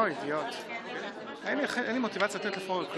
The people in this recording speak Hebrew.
ורק שמאל חזק יעשה את זה ויבטיח חילופי שלטון.